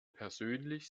persönlich